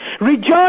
Rejoice